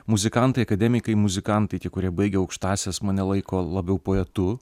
muzikantai akademikai muzikantai tie kurie baigė aukštąsias mane laiko labiau poetu